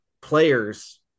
players